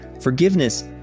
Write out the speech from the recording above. forgiveness